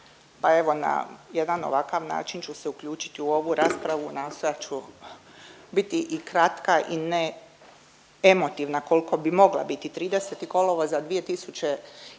Pa evo na jedan ovakav način ću se uključiti u ovu raspravu nastojat ću biti i kratka i ne emotivna kolko bi mogla biti, 30. kolovoza 2007.g.